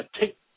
take